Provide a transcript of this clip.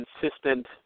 consistent